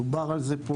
דובר על זה פה.